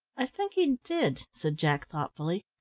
i think he did, said jack thoughtfully.